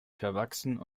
verwachsen